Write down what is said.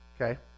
Okay